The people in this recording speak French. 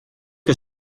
que